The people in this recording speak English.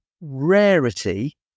rarity